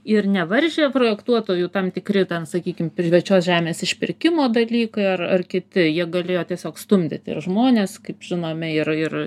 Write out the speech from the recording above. ir nevaržė projektuotojų tam tikri ten sakykim privačios žemės išpirkimo dalykai ar ar kiti jie galėjo tiesiog stumdyti ir žmones kaip žinome ir ir